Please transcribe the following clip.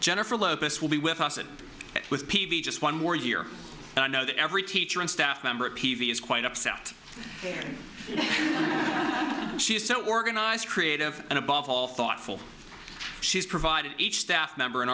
jennifer lopez will be with us and with p v just one more year and i know that every teacher and staff member of p v is quite upset she is so organized creative and above all thoughtful she has provided each staff member in